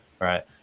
Right